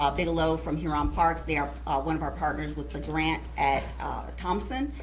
ah bigelow from huron parks, they are one of our partners with the grant at thompson,